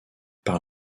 par